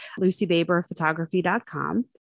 lucybaberphotography.com